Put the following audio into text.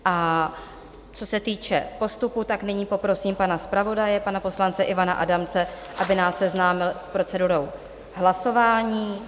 A co se týče postupu, poprosím pana zpravodaje, pana poslance Ivana Adamce, aby nás seznámil s procedurou hlasování.